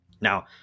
Now